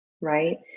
Right